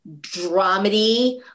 dramedy